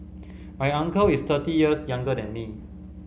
my uncle is thirty years younger than me